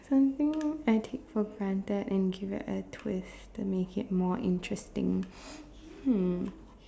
something I take for granted and give it a twist to make it more interesting hmm